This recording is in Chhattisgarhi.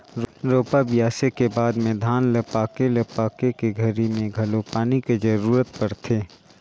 रोपा, बियासी के बाद में धान ल पाके ल पाके के घरी मे घलो पानी के जरूरत परथे